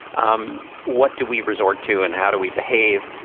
um what do we resort to and how do we behave?